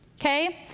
okay